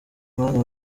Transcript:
mwanya